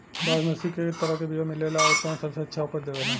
बासमती के कै तरह के बीया मिलेला आउर कौन सबसे अच्छा उपज देवेला?